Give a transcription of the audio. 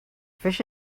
fish